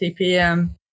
TPM